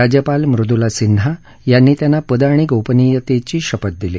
राज्यपाल मृदुला सिन्हा यांनी त्यांना पद आणि गोपनियतेची शपथ दिली